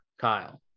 Kyle